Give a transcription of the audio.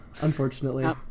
unfortunately